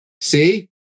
See